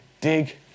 dig